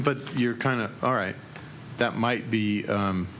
but you're kind of all right that might be